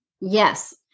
Yes